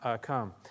come